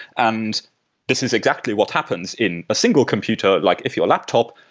and this is exactly what happens in a single computer, like if your laptop